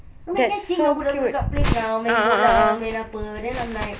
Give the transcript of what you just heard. main catching dengan budak-budak kat playground main bola main apa then I'm like